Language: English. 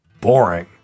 Boring